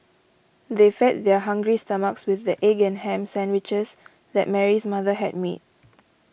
they fed their hungry stomachs with the egg and ham sandwiches that Mary's mother had made